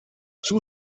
two